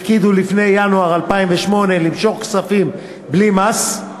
הפקידו לפני ינואר 2008 למשוך כספים בלי לשלם מס.